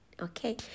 Okay